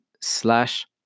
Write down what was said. slash